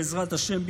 בעזרת השם,